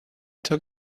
took